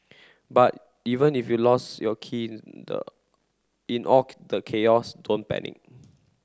but even if you lost your key in all the chaos don't panic